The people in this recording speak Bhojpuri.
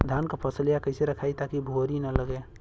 धान क फसलिया कईसे रखाई ताकि भुवरी न लगे?